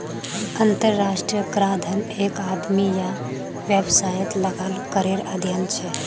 अंतर्राष्ट्रीय कराधन एक आदमी या वैवसायेत लगाल करेर अध्यन छे